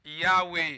Yahweh